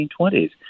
1920s